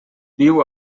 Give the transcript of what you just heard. viu